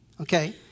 Okay